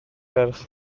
ferch